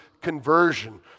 conversion